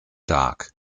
dark